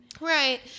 Right